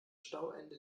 stauende